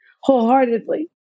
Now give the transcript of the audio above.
wholeheartedly